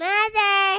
Mother